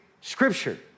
scripture